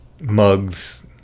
mugs